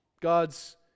God's